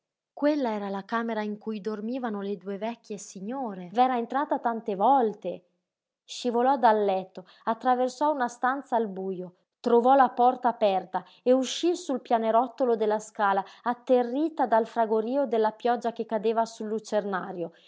quella era la camera in cui dormivano le due vecchie signore v'era entrata tante volte scivolò dal letto attraversò una stanza al bujo trovò la porta aperta e uscí sul pianerottolo della scala atterrita dal fragorío della pioggia che cadeva sul lucernario